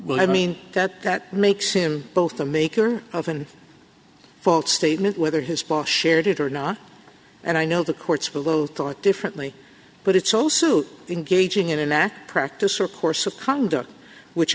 well i mean that that makes him both a maker of and false statement whether his boss shared it or not and i know the courts below thought differently but it's also engaging in a law practice or course of conduct which